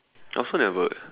I also never eh